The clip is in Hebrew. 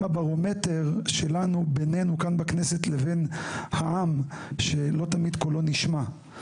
הברומטר שלנו בינינו בכנסת לבין העם שלא תמיד קולו נשמע.